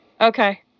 Okay